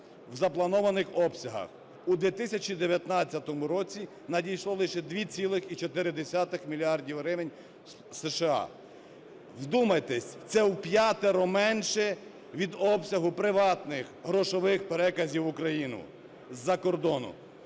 в запланованих обсягах. У 2019 році надійшло лише 2,4 мільярда гривень з США. Вдумайтесь, це в п'ятеро менше від обсягу приватних грошових переказів в Україну з-за кордну.